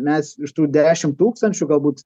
mes iš tų dešim tūkstančių galbūt